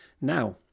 Now